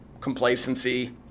complacency